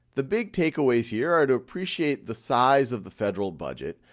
the big takeaways here are to appreciate the size of the federal budget,